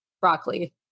broccoli